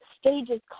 stages